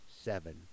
seven